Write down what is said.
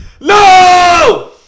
No